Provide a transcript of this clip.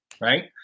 right